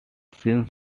since